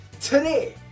today